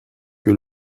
que